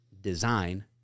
design